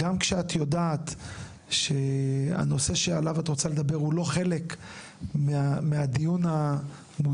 גם כשאת יודעת שהנושא שעליו את רוצה לדבר הוא לא חלק מהדיון המוזמן,